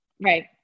Right